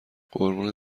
قربون